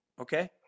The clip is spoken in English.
Okay